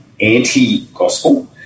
anti-gospel